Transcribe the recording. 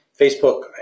Facebook